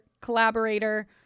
collaborator